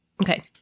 Okay